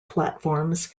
platforms